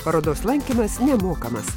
parodos lankymas nemokamas